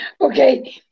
Okay